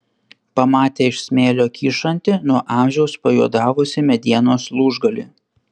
pamatė iš smėlio kyšantį nuo amžiaus pajuodavusį medienos lūžgalį